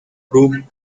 proved